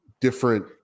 different